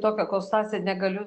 tokia konstancija negaliu